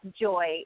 joy